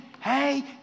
hey